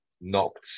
knocked